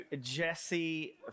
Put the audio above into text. Jesse